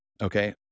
Okay